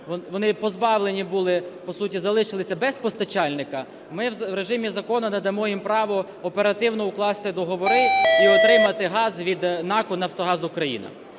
вони позбавлені були, по суті залишились без постачальника, ми в режимі закону надамо їм право оперативно укласти договори і отримати газ від НАК "Нафтогаз України".